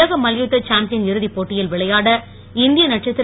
உலக மல்யுத்த சாம்பியன் இறுதி போட்டியில் விளையாட இந்திய நட்சத்திர